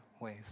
ways